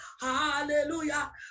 hallelujah